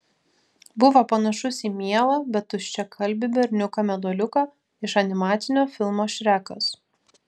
buvo panašus mielą bet tuščiakalbį berniuką meduoliuką iš animacinio filmo šrekas